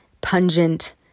pungent